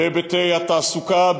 בהיבטי התעסוקה,